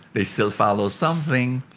they still follow something.